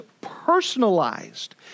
personalized